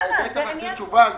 להחזיר תשובה על זה.